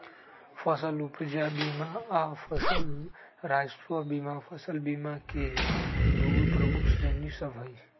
फसल उपजा बीमा आऽ फसल राजस्व बीमा फसल बीमा के दूगो प्रमुख श्रेणि सभ हइ